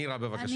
נירה, בבקשה.